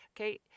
Okay